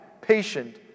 patient